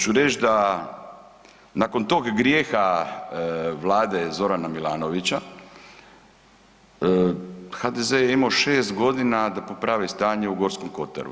Hoću reći da nakon tog grijeha Vlade Zorana Milanovića HDZ je imao 6 godina da poprave stanje u Gorskom kotaru.